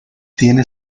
tiene